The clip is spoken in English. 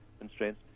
constraints